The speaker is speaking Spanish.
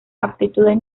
aptitudes